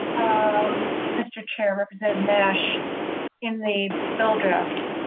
um mister chair represent bash and they will draft.